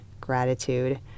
gratitude